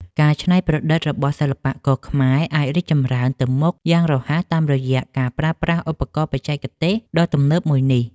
ការច្នៃប្រឌិតរបស់សិប្បករខ្មែរអាចរីកចម្រើនទៅមុខយ៉ាងរហ័សតាមរយៈការប្រើប្រាស់ឧបករណ៍បច្ចេកទេសដ៏ទំនើបមួយនេះ។